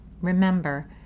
Remember